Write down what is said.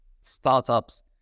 startups